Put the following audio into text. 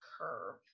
curve